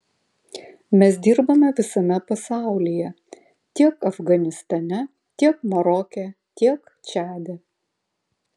mes dirbame visame pasaulyje tiek afganistane tiek maroke tiek čade